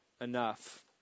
enough